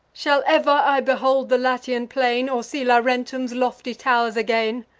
shall ever i behold the latian plain, or see laurentum's lofty tow'rs again?